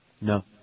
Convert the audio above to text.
No